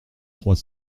trois